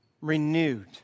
renewed